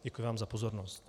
Děkuji vám za pozornost.